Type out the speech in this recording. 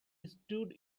stood